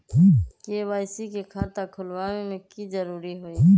KYC के खाता खुलवा में की जरूरी होई?